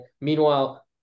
Meanwhile